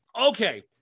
Okay